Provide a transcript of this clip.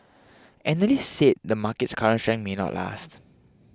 analysts said the market's current strength may not last